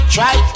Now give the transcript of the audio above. Try